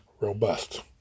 Robust